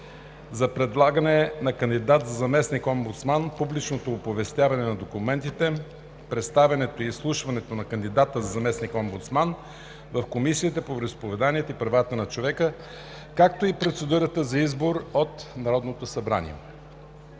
за предлагане на кандидат за заместник-омбудсман, публичното оповестяване на документите, представянето и изслушването на кандидата за заместник-омбудсман в Комисията по вероизповеданията и правата на човека, както и процедурата за избор от Народното събрание